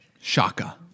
Shaka